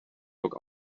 druck